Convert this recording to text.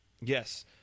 Yes